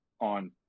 on